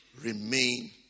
remain